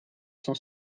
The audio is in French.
son